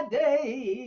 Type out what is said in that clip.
day